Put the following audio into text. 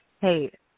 hey